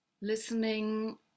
listening